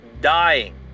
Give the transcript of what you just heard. dying